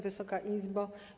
Wysoka Izbo!